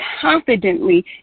confidently